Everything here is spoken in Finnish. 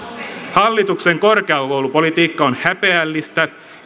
hallituksen korkeakoulupolitiikka on häpeällistä